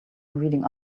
reading